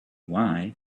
why